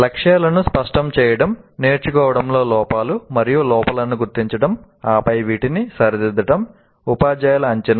లక్ష్యాలను స్పష్టం చేయడం నేర్చుకోవడంలో లోపాలు మరియు లోపాలను గుర్తించడం ఆపై వీటిని సరిదిద్దడం ఉపాధ్యాయుల అంచనా